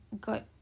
good